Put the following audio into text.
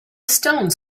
stones